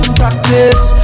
practice